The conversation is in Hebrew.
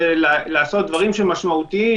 היא לעשות דברים שהם משמעותיים,